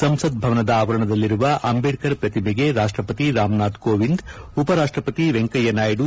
ಸಂಸತ್ ಭವನದ ಆವರಣದಲ್ಲಿರುವ ಅಂಬೇಢರ್ ಪ್ರತಿಮೆಗೆ ರಾಷ್ಷಪತಿ ರಾಮನಾಥ ಕೋವಿಂದ್ ಉಪರಾಷ್ಸಪತಿ ವೆಂಕಯ್ಯನಾಯ್ನು